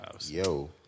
Yo